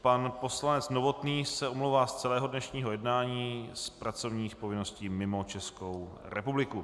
Pan poslanec Novotný se omlouvá z celého dnešního jednání z pracovních povinností mimo Českou republiku.